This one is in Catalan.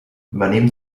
venim